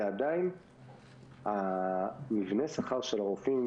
ועדיין מבנה השכר של הרופאים